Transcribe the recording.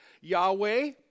Yahweh